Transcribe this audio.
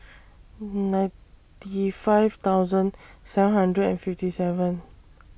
ninety five thousand seven hundred and fifty seven